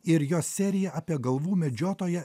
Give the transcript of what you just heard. ir jos seriją apie galvų medžiotoją